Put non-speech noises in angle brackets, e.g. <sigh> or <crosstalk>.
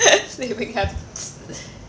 <laughs> have